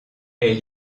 est